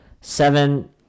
Seven